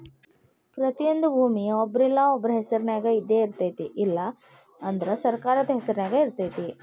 ಪ್ರತಿಯೊಂದು ಭೂಮಿಯ ಒಬ್ರಿಲ್ಲಾ ಒಬ್ರ ಹೆಸರಿನ್ಯಾಗ ಇದ್ದಯಿರ್ತೈತಿ ಇಲ್ಲಾ ಅಂದ್ರ ಸರ್ಕಾರದ ಹೆಸರು ನ್ಯಾಗ ಇರ್ತೈತಿ